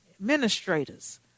administrators